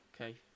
Okay